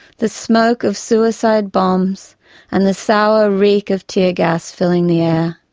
the smoke of suicide bombs and the sour reek of tear gas filling the air.